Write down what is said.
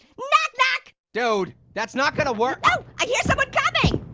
knock knock. dude, that's not gonna work. ooh, i hear someone coming.